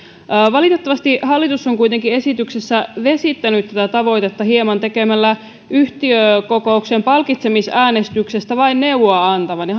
valitettavasti hallitus on kuitenkin esityksessä hieman vesittänyt tätä tavoitetta tekemällä yhtiökokouksen palkitsemisäänestyksestä vain neuvoa antavan ja